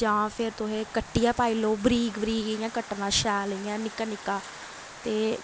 जां फिर तुहें कट्टियै पाई लैओ बरीक बरीक इ'यां कट्टना शैल इ'यां निक्का निक्का ते